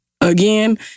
again